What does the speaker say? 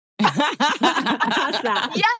Yes